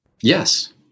Yes